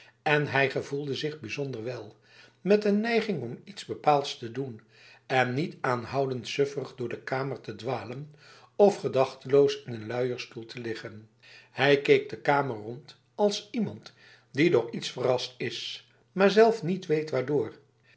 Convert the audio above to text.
en hij gevoelde zich bijzonder wel met een neiging om iets bepaalds te doen en niet aanhoudend sufferig door de kamer te dwalen of gedachteloos in een luierstoel te liggen hij keek de kamer rond als iemand die door iets verrast is maar zelf niet weet waardoor